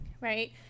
right